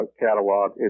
catalog